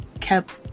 kept